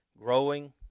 growing